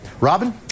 Robin